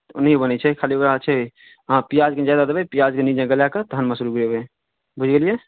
ओहिनाए बनै छै खाली उएह छै अहाँ प्याज कनि ज्यादा देबै प्याजके नीक जँका गला कऽ तखन मशरूम मिलेबै बुझि गेलियै